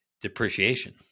depreciation